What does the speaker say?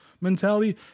mentality